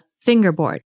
fingerboard